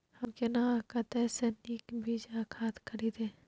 हम केना आ कतय स नीक बीज आ खाद खरीदे?